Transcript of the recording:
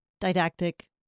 didactic